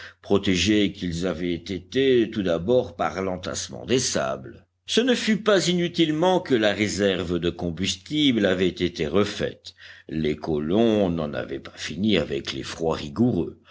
protégés qu'ils avaient été tout d'abord par l'entassement des sables ce ne fut pas inutilement que la réserve de combustible avait été refaite les colons n'en avaient pas fini avec les froids rigoureux